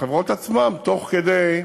והחברות עצמן, תוך כדי,